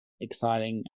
exciting